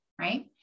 right